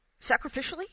sacrificially